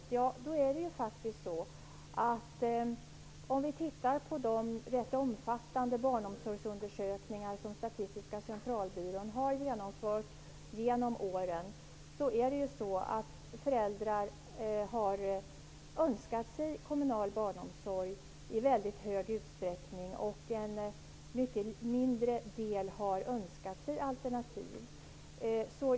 Fru talman! Vi talar här om valfrihet. Genom årens lopp har Statistiska centralbyrån gjort ganska omfattande undersökningar när det gäller barnomsorgen. Det framkommer att föräldrarna önskar kommunal barnomsorg i mycket stor utsträckning. En mycket mindre del av de tillfrågade har önskat sig alternativ.